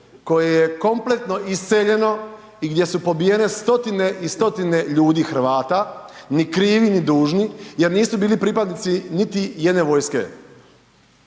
koje je kompletno iseljeno i gdje su pobijene stotine i stotine ljudi Hrvata ni krivi, ni dužni jer nisu bili pripadnici niti jedne vojske.